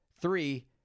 Three